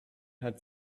had